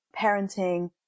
parenting